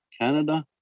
Canada